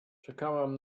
czekałam